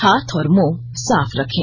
हाथ और मुंह साफ रखें